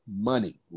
money